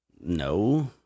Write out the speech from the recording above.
no